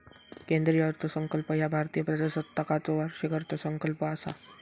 केंद्रीय अर्थसंकल्प ह्या भारतीय प्रजासत्ताकाचो वार्षिक अर्थसंकल्प असा